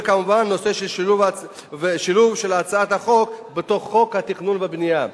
וכמובן שילוב של הצעת החוק בחוק התכנון והבנייה.